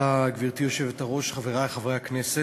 גברתי היושבת-ראש, תודה, חברי חברי הכנסת,